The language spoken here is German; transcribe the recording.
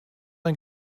ein